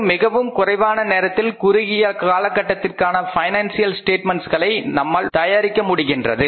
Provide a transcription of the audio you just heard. மற்றும் மிகவும் குறைவான நேரத்தில் குறுகிய காலகட்டத்திற்கான பைனான்சியல் ஸ்டேட்மெண்ட்ஸ்களை நம்மால் தயாரிக்க முடிகின்றது